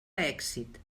èxit